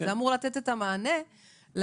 זה אמור לתת את המענה לאחידות